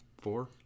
four